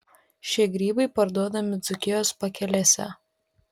šie grybai parduodami dzūkijos pakelėse